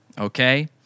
okay